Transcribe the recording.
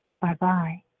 Bye-bye